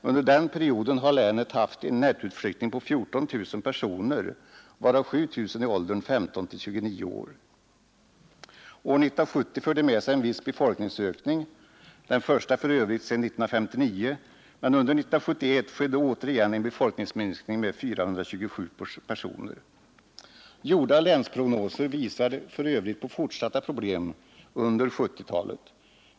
Under denna period har länet haft en nettoutflyttning på 14 000 personer, varav 7 000 i åldern 15—29 år. År 1970 förde med sig en viss befolkningsökning — den första sedan 1959 för övrigt — men under 1971 skedde återigen en befolkningsminskning med 427 personer. Gjorda länsprognoser visar för övrigt på fortsatta problem under 1970-talet.